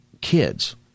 kids